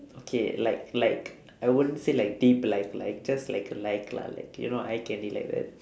okay like like I won't say like deep like like just like like lah like you know eye candy like that